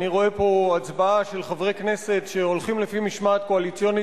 אני רואה פה הצבעה של חברי כנסת שהולכים לפי משמעת קואליציונית.